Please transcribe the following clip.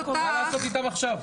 מה לעשות איתם עכשיו?